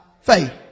faith